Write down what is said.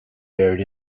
buried